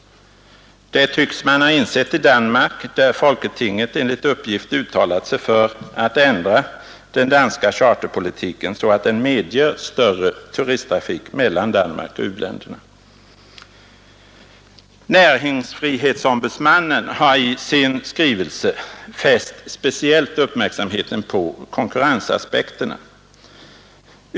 Det tycks man ha insett i Danmark, där folketinget enligt uppgift uttalat sig för att ändra den danska charterpolitiken så att den medger större turisttrafik mellan Danmark och u-länderna. Näringsfrihetsombudsmannen har i sin skrivelse speciellt fäst uppmärksamheten på konkurrenseffekterna.